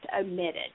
omitted